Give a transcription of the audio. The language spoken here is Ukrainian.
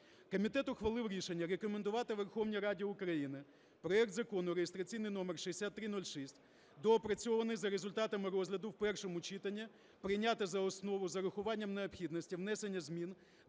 Комітет ухвалив рішення рекомендувати Верховній Раді України проект Закону реєстраційний номер 6306 доопрацьований за результатами розгляду в першому читанні прийняти за основу з урахуванням необхідності внесення змін